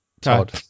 Todd